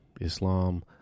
Islam